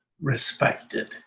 respected